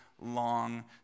long